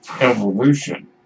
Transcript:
evolution